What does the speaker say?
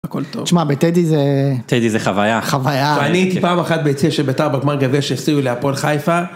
הכל טוב. תשמע, בטדי זה... טדי זה חוויה. חוויה! פניתי פעם אחת ביציע של ביתר בגמר גביע של ס... להפועל חיפה